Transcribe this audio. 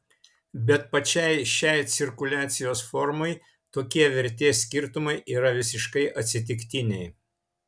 bet pačiai šiai cirkuliacijos formai tokie vertės skirtumai yra visiškai atsitiktiniai